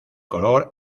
color